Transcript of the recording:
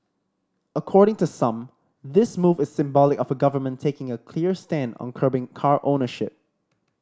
according to some this move symbolic of a government taking a clear stand on curbing car ownership